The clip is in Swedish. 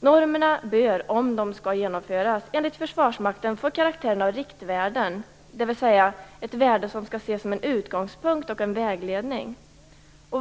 Normerna bör - om de skall införas - enligt Försvarsmakten få karaktären av riktvärden, dvs. värden som skall ses som en utgångspunkt och en vägledning.